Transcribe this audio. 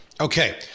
Okay